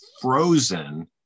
frozen